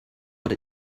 what